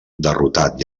derrotat